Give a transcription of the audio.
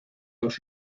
dos